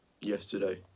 yesterday